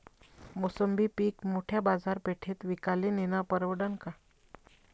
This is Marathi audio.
मोसंबी पीक मोठ्या बाजारपेठेत विकाले नेनं परवडन का?